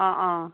অঁ অঁ